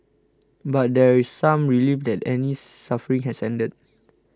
but there is some relief that Annie's suffering has ended